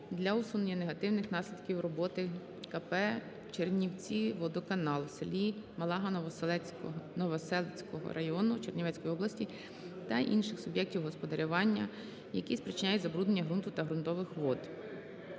для усунення негативних наслідків роботи КП "Чернівціводоканал" в селі Магала Новоселицького району Чернівецької області та інших суб'єктів господарювання, які спричиняють забруднення ґрунту та ґрунтових вод.